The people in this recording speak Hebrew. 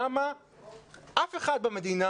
למה אף אחד במדינה,